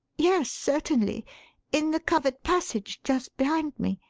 yes, certainly in the covered passage, just behind me.